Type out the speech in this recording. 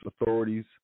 authorities